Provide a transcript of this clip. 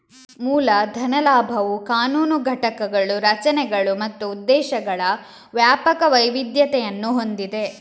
ಮೂಲ ಧನ ಲಾಭವು ಕಾನೂನು ಘಟಕಗಳು, ರಚನೆಗಳು ಮತ್ತು ಉದ್ದೇಶಗಳ ವ್ಯಾಪಕ ವೈವಿಧ್ಯತೆಯನ್ನು ಹೊಂದಿದೆ